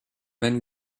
then